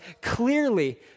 clearly